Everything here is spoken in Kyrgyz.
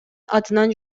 атынан